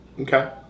Okay